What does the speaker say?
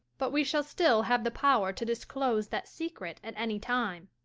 but we shall still have the power to disclose that secret at any time.